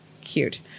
cute